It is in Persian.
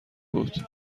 بود